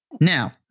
Now